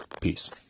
Peace